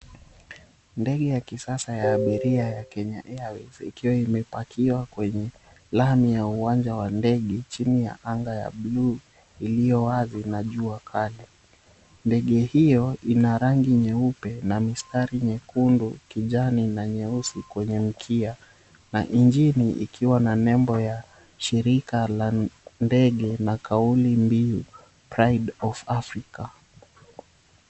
Ndege ya kisasa ya abiria ya Kenya Airways imepakiwa kwenye lami ya uwanja wa ndege chini ya anga ya blue iliyo wazi na jua kali. Ndege hiyo ina rangi nyeupe na mistari nyekundu, kijani na nyeusi kwenye mkia na injini ikiwa na nembo ya shirika la ndege na kauli mbiu, Pride of Africa .